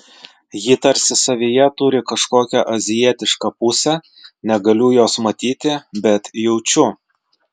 ji tarsi savyje turi kažkokią azijietišką pusę negaliu jos matyti bet jaučiu